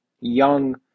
young